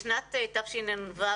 בשנת תשנ"ו,